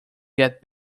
get